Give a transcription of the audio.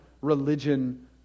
religion